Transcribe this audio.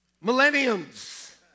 Millenniums